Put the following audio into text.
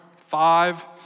five